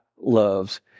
loves